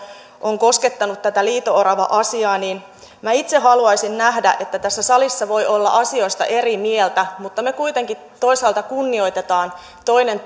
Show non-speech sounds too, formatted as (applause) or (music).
on koskettanut tätä liito orava asiaa minä itse haluaisin nähdä että tässä salissa voi olla asioista eri mieltä mutta me kuitenkin toisaalta kunnioitamme toinen (unintelligible)